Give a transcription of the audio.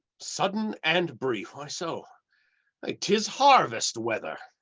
sudden and brief why so like tis harvest weather.